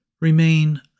remain